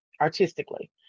artistically